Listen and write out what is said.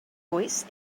voice